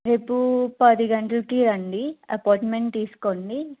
రేపు పది గంటలకి అండి అపాయింట్మెంట్ తీసుకోండి